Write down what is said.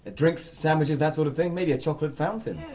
ah drinks, sandwiches, that sort of thing. maybe a chocolate fountain.